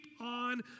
on